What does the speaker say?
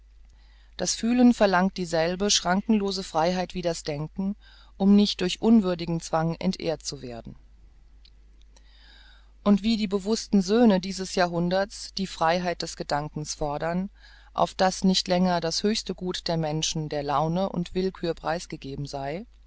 das fühlen verlangt dieselbe schrankenlose freiheit wie das denken um nicht durch unwürdigen zwang entehrt zu werden und wie die bewußten söhne dieses jahrhunderts die freiheit des gedankens fordern auf daß nicht länger das höchste gut des menschen der laune und willkühr preisgegeben sei